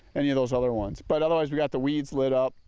any of those other ones. but otherwise we got the weeds lit up,